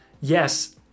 yes